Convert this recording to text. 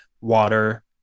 water